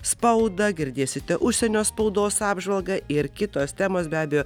spaudą girdėsite užsienio spaudos apžvalgą ir kitos temos be abejo